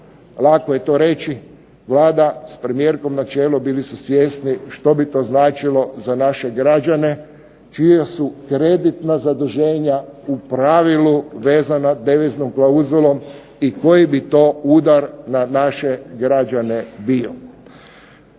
Lako je to reći. Vlada s premijerkom na čelu bili su svjesni što bi to značilo za naše građane čija su kreditna zaduženja u pravilu vezana deviznom klauzulom i koji bi to udar na naše građane bio.